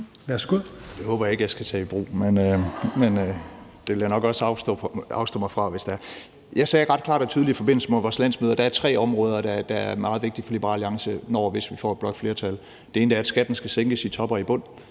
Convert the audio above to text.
Det håber jeg ikke jeg skal tage i brug, men det vil jeg nok også afstå fra, hvis det er. Jeg sagde ret klart og tydeligt i forbindelse med vores landsmøde, at der er tre områder, der er meget vigtige for Liberal Alliance, når og hvis vi får et blåt flertal. Det ene er, at skatten skal sænkes i top og i bund.